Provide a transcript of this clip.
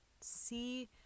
see